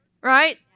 right